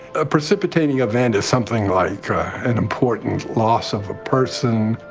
a precipitating event is something like an important loss of a person,